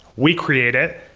we create it.